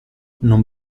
non